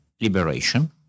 Liberation